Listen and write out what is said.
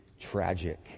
tragic